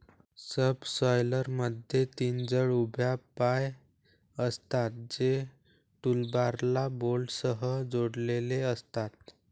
सबसॉयलरमध्ये तीन जड उभ्या पाय असतात, जे टूलबारला बोल्टसह जोडलेले असतात